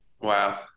Wow